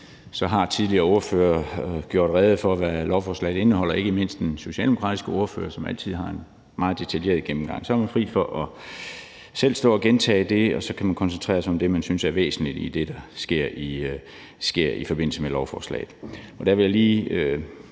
jo, at tidligere ordførere har gjort rede for, hvad lovforslaget indeholder, ikke mindst den socialdemokratiske ordfører, som altid har en meget detaljeret gennemgang – så er man fri for selv at stå og gentage det, og så kan man koncentrere sig om det, man synes er væsentligt i det, der sker i forbindelse med lovforslaget. Der vil jeg lige